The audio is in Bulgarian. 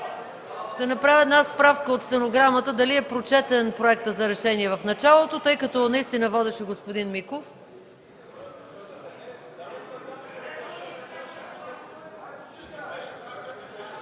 Ще направя справка от стенограмата, дали е прочетен текстът на решение в началото, тъй като водещ беше господин Миков.